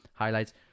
highlights